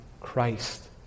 Christ